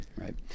right